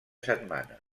setmana